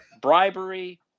bribery